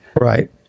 Right